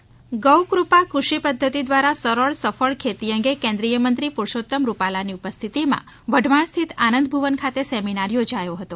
ગૌકૃપા કૃષિ પદ્ધતિ ગૌ કૃપા કૃષિ પદ્વતિ દ્વારા સરળ સફળ ખેતી અંગે કેન્દ્રીય મંત્રીશ્રી પરસોત્તમ રૂપાલાની ઉપસ્થિતિમાં વઢવાણ સ્થિત આનંદ ભુવન ખાતે સેમિનાર યોજાયો હતો